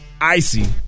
icy